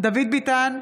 דוד ביטן,